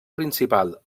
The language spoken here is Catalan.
principal